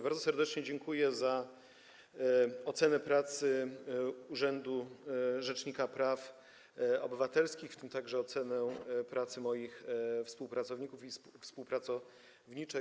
Bardzo serdecznie dziękuję za ocenę pracy urzędu rzecznika praw obywatelskich, w tym także ocenę pracy moich współpracowników i współpracowniczek.